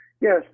Yes